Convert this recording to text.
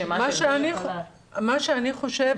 אני רוצה